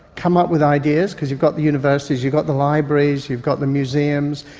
come up with ideas, because you've got the universities, you've got the libraries, you've got the museums.